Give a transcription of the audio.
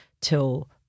Till